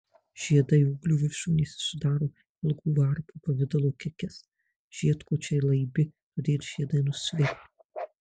žiedai ūglių viršūnėse sudaro ilgų varpų pavidalo kekes žiedkočiai laibi todėl žiedai nusvirę